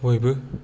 बयबो